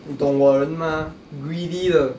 你懂我人 mah greedy 的